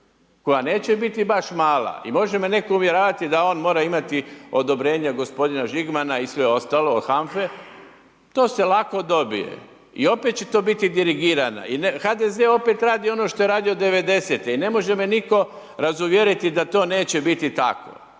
koja neće biti baš mala. I može me neko uvjeravati da on mora imati odobrenje gospodina Žigmana i sve ostalo od HAMFE, to se lako dobije i opet će to biti dirigirana i HDZ opet radi ono što je radi ono što je radio '90. i ne može me nitko razuvjeriti da to neće biti tako.